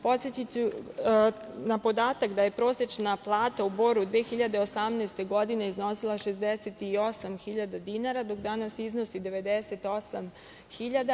Podsetiću na podatak da je prosečna plata u Boru 2018. godine iznosila 68.000 dinara, dok danas iznosi 98.000.